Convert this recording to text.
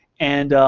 and,